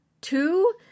two